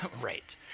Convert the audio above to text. Right